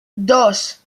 dos